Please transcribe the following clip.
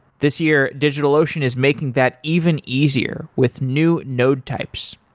this year, digitalocean is making that even easier with new node types.